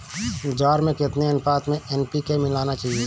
ज्वार में कितनी अनुपात में एन.पी.के मिलाना चाहिए?